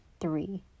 three